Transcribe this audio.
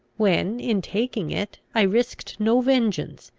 when, in taking it, i risked no vengeance,